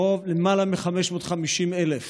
למעלה מ-550,000